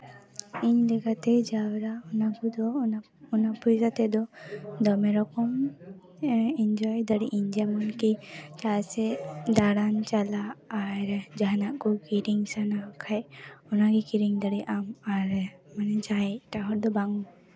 ᱤᱧ ᱤᱫᱤ ᱠᱟᱛᱮ ᱡᱟᱣᱨᱟ ᱚᱱᱟ ᱠᱚᱫᱚ ᱚᱱᱟ ᱯᱚᱭᱥᱟ ᱛᱮᱫᱚ ᱫᱚᱢᱮ ᱨᱚᱠᱚᱢ ᱤᱱᱡᱚᱭ ᱫᱟᱲᱮᱜ ᱤᱧ ᱡᱮᱢᱚᱱ ᱠᱤ ᱡᱟᱦᱟᱸ ᱥᱮᱫ ᱫᱟᱬᱟᱱ ᱪᱟᱞᱟᱜ ᱟᱨ ᱡᱟᱦᱟᱱᱟᱜ ᱠᱚ ᱠᱤᱨᱤᱧ ᱥᱟᱱᱟ ᱠᱷᱟᱡ ᱚᱱᱟᱜᱮ ᱠᱤᱨᱤᱧ ᱫᱟᱲᱮᱭᱟᱜ ᱟᱢ ᱟᱨ ᱢᱟᱱᱮ ᱡᱟᱦᱟᱸᱭ ᱮᱴᱟᱜ ᱦᱚᱲ ᱫᱚ ᱵᱟᱝ